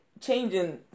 changing